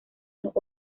los